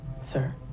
Sir